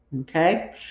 Okay